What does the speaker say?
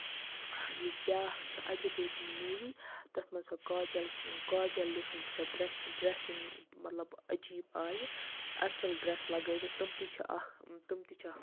یُس بیاکھ چھِ اَجے دٮ۪وگَنٕنۍ موٗوی تَتھ منٛز سۄ کاجل کاجل ہٕندۍ سۄ ڈریسِنگ مطلب عجیٖب آیہِ اَصٕل ڈریس لَگٲوِتھ تٔمۍ تہِ چھِ اکھ تٔمۍ تہِ چھِ اکھ